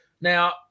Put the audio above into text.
Now